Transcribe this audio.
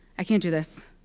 i can't do this.